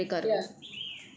ya